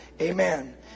Amen